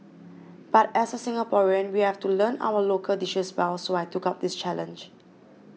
but as a Singaporean we have to learn our local dishes well so I took up this challenge